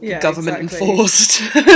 government-enforced